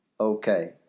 okay